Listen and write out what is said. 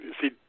see